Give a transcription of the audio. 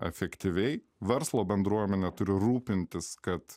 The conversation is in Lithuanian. efektyviai verslo bendruomenė turi rūpintis kad